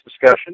discussion